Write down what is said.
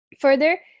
Further